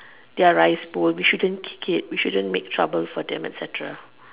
their rice pool we shouldn't kick it we shouldn't make trouble trouble for them etcetera